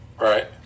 Right